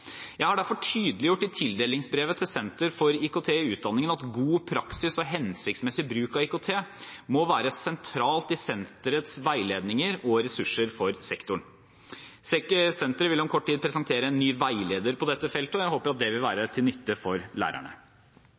Jeg har derfor tydeliggjort i tildelingsbrevet til Senter for IKT i utdanningen at god praksis og hensiktsmessig bruk av IKT må være sentralt i senterets veiledninger og ressurser for sektoren. Senteret vil om kort tid presentere en ny veileder på dette feltet, og jeg håper at det vil være til nytte for lærerne.